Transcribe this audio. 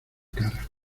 cara